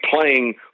playing